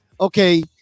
okay